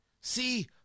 See